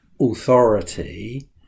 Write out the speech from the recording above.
authority